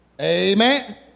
Amen